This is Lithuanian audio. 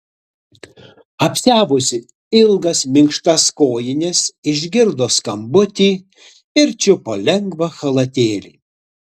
apsiavusi ilgas minkštas kojines išgirdo skambutį ir čiupo lengvą chalatėlį